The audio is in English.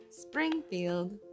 Springfield